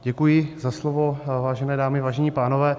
Děkuji za slovo, vážené dámy, vážení pánové.